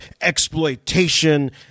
exploitation